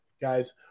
Guys